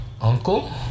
Uncle